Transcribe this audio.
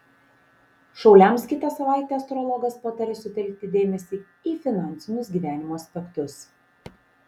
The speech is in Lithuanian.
šauliams kitą savaitę astrologas pataria sutelkti dėmesį į finansinius gyvenimo aspektus